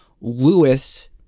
Lewis